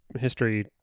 history